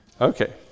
Okay